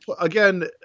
again